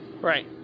Right